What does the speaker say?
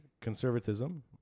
conservatism